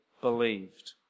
believed